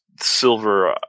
Silver